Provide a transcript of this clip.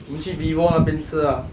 我们去 vivo 那边吃 ah